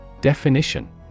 Definition